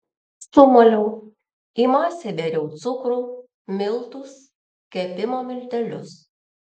sumaliau į masę bėriau cukrų miltus kepimo miltelius